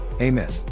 Amen